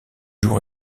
jour